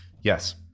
Yes